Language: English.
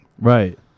right